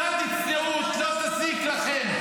קצת צניעות לא תזיק לכם,